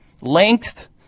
Length